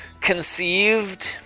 conceived